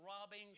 robbing